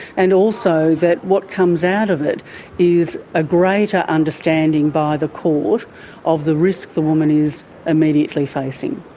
and also that what comes out of it is a greater understanding by the court of the risk the woman is immediately facing.